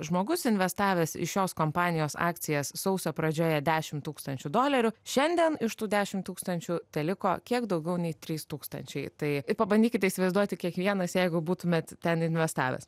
žmogus investavęs į šios kompanijos akcijas sausio pradžioje dešimt tūkstančių dolerių šiandien iš tų dešimt tūkstančių teliko kiek daugiau nei trys tūkstančiai tai pabandykite įsivaizduoti kiekvienas jeigu būtumėt ten investavęs